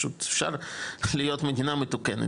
פשוט אפשר להיות מדינה מתוקנת,